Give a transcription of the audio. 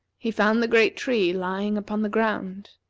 he found the great tree lying upon the ground.